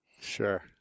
Sure